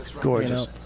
Gorgeous